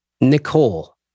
Nicole